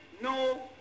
no